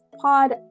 Pod